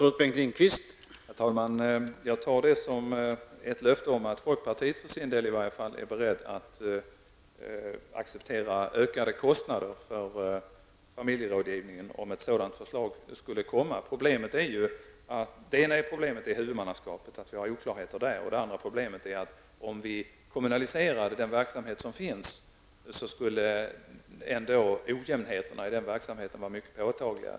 Herr talman! Jag tar det som ett löfte om att i varje fall folkpartiet för sin del är berett att acceptera ökade kostnader för familjerådgivning, om ett sådant förslag skulle komma. Det ena problemet är oklarheter med huvudmannaskapet. Det andra är att om vi kommunaliserar den verksamhet som finns, skulle ändå ojämnheterna i verksamheten vara mycket påtagliga.